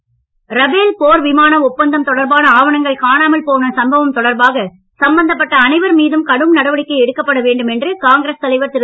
மீண்டும் தலைப்புச் செய்திகள் ரபேல் போர் விமானம் ஒப்பந்தம் தொடர்பான ஆவணங்கள் காணாமல் போன சம்பவம் தொடர்பாக சம்பந்தப்பட்ட அனைவர் மீதும் கடும் நடவடிக்கை எடுக்கப்பட வேண்டும் என்று காங்கிரஸ் தலைவர் திரு